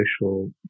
social